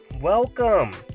welcome